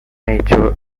nature